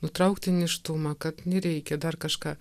nutraukti nėštumą kad nereikia dar kažką